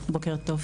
בוקר טוב.